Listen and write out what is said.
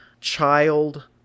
child